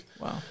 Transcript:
Wow